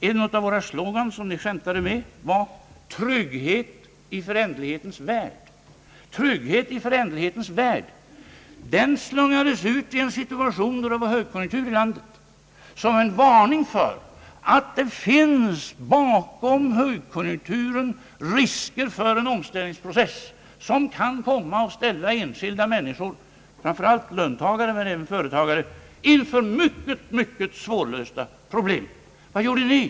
En av våra slogans som ni då skämtade med löd: »Trygghet i föränderlighetens värld.» Den slungades ut i en situation då det var högkonjunktur i landet som en varning för att det bakom högkonjunkturen fanns risker för en omställningsprocess som kunde komma att ställa enskilda människor, framför allt löntagare men även företagare, inför mycket svårlösta problem. Vad gjorde ni då?